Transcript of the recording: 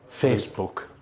Facebook